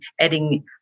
adding